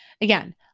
again